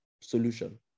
solution